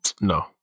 No